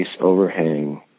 overhang